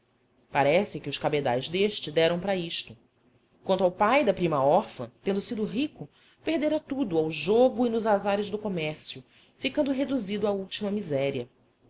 parece que os cabedais deste deram para isto quanto ao pai da prima órfã tendo sido rico perdera tudo ao jogo e nos azares do comércio ficando reduzido à última miséria